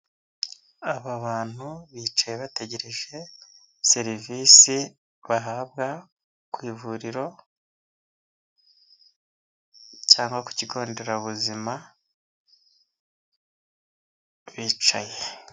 Aba bantu bicaye bategereje serivisi bahabwa ku ivuriro cyangwa ku kigo nderabuzima bicaye.